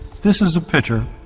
this is a picture